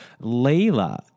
Layla